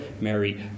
Mary